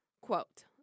Quote